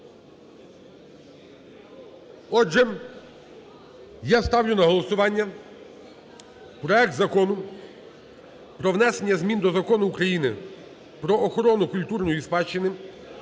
Отже, я ставлю на голосування проект Закону про внесення змін до Закону України "Про охорону культурної спадщини"